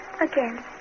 Again